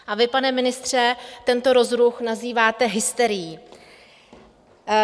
A vy, pane ministře, tento rozruch nazýváte hysterií.